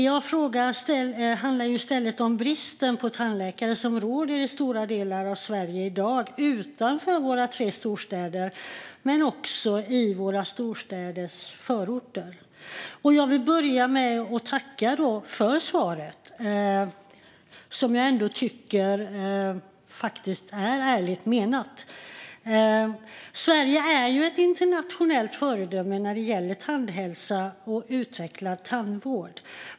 Min fråga handlar i stället om den brist på tandläkare som råder i stora delar av Sverige i dag utanför våra tre storstäder men också i våra storstäders förorter. Jag vill börja med att tacka för svaret, som jag faktiskt tycker är ärligt menat. Sverige är ett internationellt föredöme när det gäller tandhälsa och utvecklad tandvård.